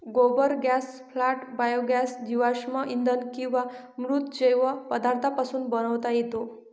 गोबर gas plant biogas जीवाश्म इंधन किंवा मृत जैव पदार्थांपासून बनवता येतो